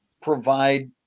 provide